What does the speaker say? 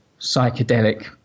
psychedelic